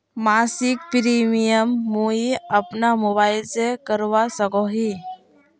मासिक प्रीमियम मुई अपना मोबाईल से करवा सकोहो ही?